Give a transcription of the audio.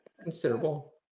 considerable